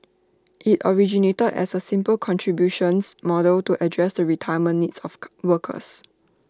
IT originated as A simple contributions model to address the retirement needs of workers